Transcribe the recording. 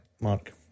Mark